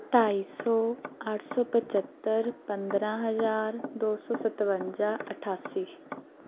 ਢਾਈ ਸੌ ਅੱਠ ਸੌ ਪਚੱਤਰ ਪੰਦਰਾਂ ਹਜ਼ਾਰ ਦੋ ਸੌ ਸਤਵੰਜਾ ਅਠਾਸੀ